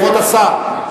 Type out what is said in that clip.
כבוד השר,